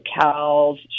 cows